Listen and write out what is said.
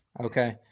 Okay